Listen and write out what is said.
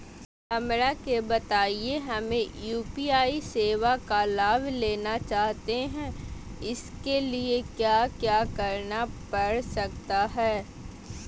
हमरा के बताइए हमें यू.पी.आई सेवा का लाभ लेना चाहते हैं उसके लिए क्या क्या करना पड़ सकता है?